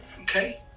okay